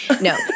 No